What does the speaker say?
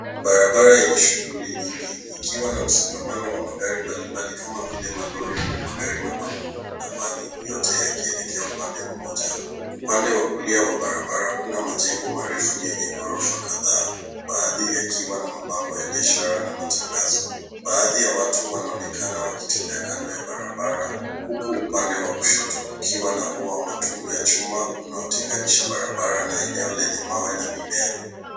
Barabara yenye shughuli nyingi ikiwa na msongamano wa magari mbalimbali kama vile malori, magari madogo, na vani yote yakielekea upande mmoja. Upande wa kulia wa barabara kuna majengo marefu yenye ghorofa kadhaa. Baadhi yakiwa na mabango ya biashara na matangazo. Baadhi ya watu wanaonekana wakitembea kando ya barabara, huku upande wa kushoto kukiwa na ua wa matundu ya chuma unaotenganisha barabara na eneo lenye mawe na mimea.